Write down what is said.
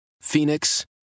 Phoenix